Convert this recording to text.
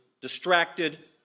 distracted